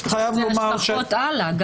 זה השלכות הלאה.